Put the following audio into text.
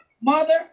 mother